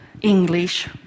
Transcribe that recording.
English